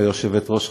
ושלישית.